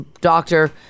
doctor